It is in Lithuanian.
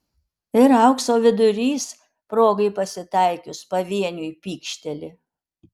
ir aukso vidurys progai pasitaikius pavieniui pykšteli